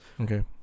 Okay